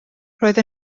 roedd